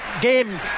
game